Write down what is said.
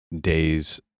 days